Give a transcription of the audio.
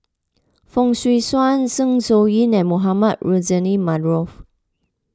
Fong Swee Suan Zeng Shouyin and Mohamed Rozani Maarof